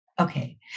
Okay